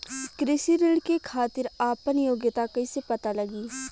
कृषि ऋण के खातिर आपन योग्यता कईसे पता लगी?